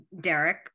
Derek